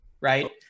right